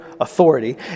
authority